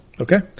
Okay